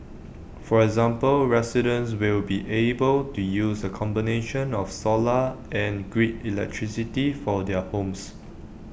for example residents will be able to use A combination of solar and grid electricity for their homes